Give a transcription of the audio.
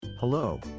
Hello